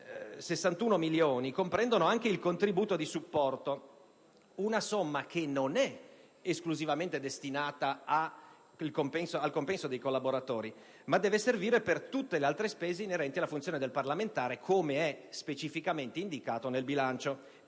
61 milioni comprendono anche il contributo di supporto, una somma che non è esclusivamente destinata al compenso dei collaboratori, ma deve servire per tutte le altre spese inerenti la funzione del parlamentare, com'è indicato specificamente nel bilancio.